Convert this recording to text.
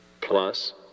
Plus